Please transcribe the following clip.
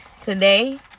Today